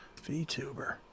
VTuber